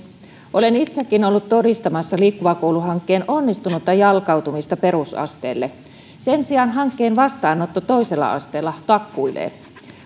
olen itsekin ollut todistamassa liikkuva koulu hankkeen onnistunutta jalkautumista perusasteelle sen sijaan hankkeen vastaanotto toisella asteella takkuillee